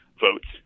votes